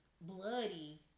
bloody